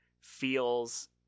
feels